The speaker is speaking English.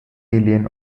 alien